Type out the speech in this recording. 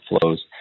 flows